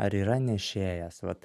ar yra nešėjas vat